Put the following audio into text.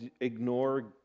ignore